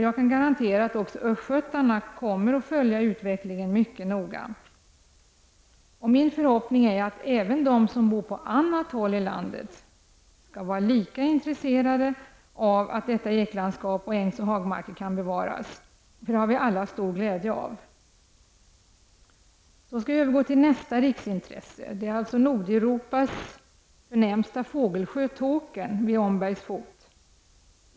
Jag kan garantera att också östgötarna kommer att följa utvecklingen mycket noga. Min förhoppning är att även de som bor på annat håll i landet skall vara lika intresserade av att detta eklandskap och dessa ängs och hagmarker kan bevaras. Det har vi alla stor glädje av. Så till nästa riksintresse, som är Nordeuropas förnämsta fågelsjö. Det är Tåkern, som ligger vid Ombergs fot.